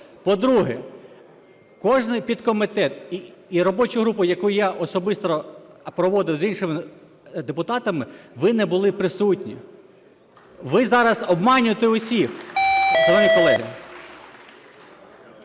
По-друге, кожен підкомітет і робочу групу, яку я особисто проводив з іншими депутатами, ви не були присутні, ви зараз обманюєте усіх.